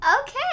Okay